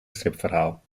stripverhaal